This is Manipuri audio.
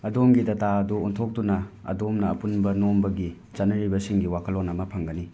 ꯑꯗꯣꯝꯒꯤ ꯗꯇꯥ ꯑꯗꯨ ꯑꯣꯟꯊꯣꯛꯇꯨꯅ ꯑꯗꯣꯝꯅ ꯑꯄꯨꯟꯕ ꯅꯣꯝꯕꯒꯤ ꯆꯠꯅꯔꯤꯕꯁꯤꯡꯒꯤ ꯋꯥꯈꯜꯂꯣꯟ ꯑꯃ ꯐꯪꯒꯅꯤ